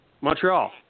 Montreal